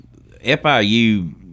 FIU –